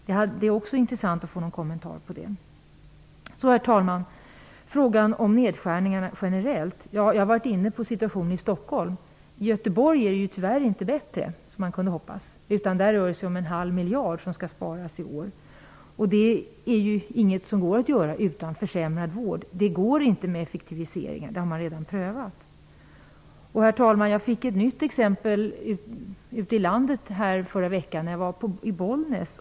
Det skulle vara intressant att få en kommentar på det. Herr talman! Vad gäller frågan om nedskärningarna generellt har jag redan varit inne på situationen i Stockholm. I Göteborg är det tyvärr inte bättre -- som man kunde hoppas -- utan där rör det som en halv miljard kronor som skall sparas i år. Det går ju inte att göra utan att vården försämras. Det går inte med effektiviseringar, vilket man redan har prövat. Herr talman! Jag fick ett nytt exempel förra veckan när jag var i Bollnäs.